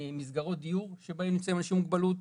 מסגרות דיור שבהן נמצאים אנשים עם מוגבלות,